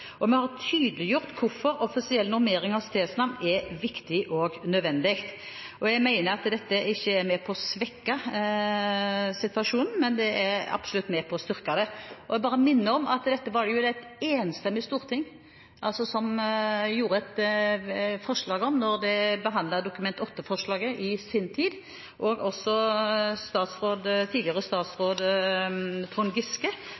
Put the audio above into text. før. Vi har tydeliggjort hvorfor offisiell normering av stedsnavn er viktig og nødvendig, og jeg mener at dette ikke er med på å svekke den situasjonen, men det er absolutt med på å styrke den. Jeg bare minner om at dette var det jo et enstemmig storting som vedtok, da det behandlet Dokument 8-forslaget i sin tid, og også tidligere statsråd Trond Giske